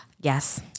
Yes